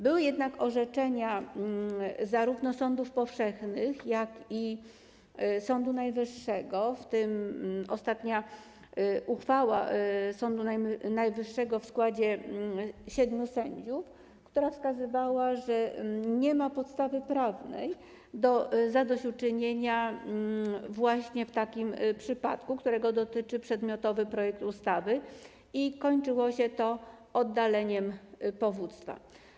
Były jednak orzeczenia zarówno sądów powszechnych, jak i Sądu Najwyższego, w tym ostatnia uchwała Sądu Najwyższego podjęta w składzie siedmiu sędziów, które wskazywały, że nie ma podstawy prawnej do zadośćuczynienia właśnie w takim przypadku, którego dotyczy przedmiotowy projekt ustawy, i kończyło się to oddaleniem powództwa.